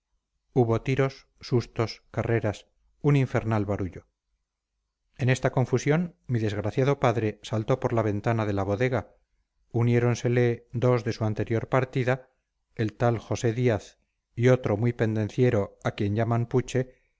hubo tiros sustos carreras un infernal barullo en esta confusión mi desgraciado padre saltó por la ventana de la bodega uniéronsele dos de su anterior partida el tal josé díaz y otro muy pendenciero a quien llaman puche